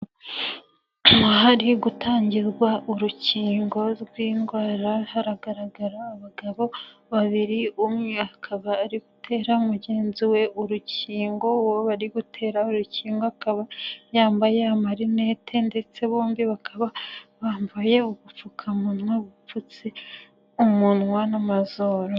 Mu hari gutangirwa urukingo rw'indwara haragaragara abagabo babiri, umwe akaba ari gutera mugenzi we urukingo, uwo bari gutera urukingo, akaba yambaye amarinete ndetse bombi bakaba bambaye ubupfukamunwa bupfutse umunwa n'amazuru.